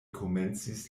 komencis